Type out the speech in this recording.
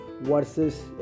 versus